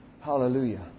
Hallelujah